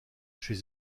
chez